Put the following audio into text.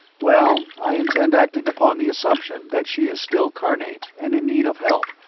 well, i intend acting upon the assumption that she is still carnate and in need of help,